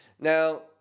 Now